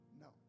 No